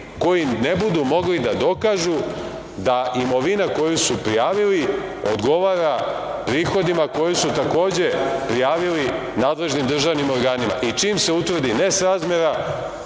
koji ne budu mogli da dokažu da imovina koju su prijavili odgovara prihodima koji su takođe prijavili nadležnim državnim organima i čim se utvrdi nesrazmera